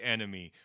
Enemy